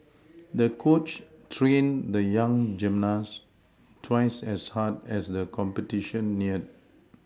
the coach trained the young gymnast twice as hard as the competition neared